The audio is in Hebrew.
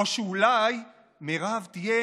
או שאולי מרב תהיה